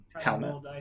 helmet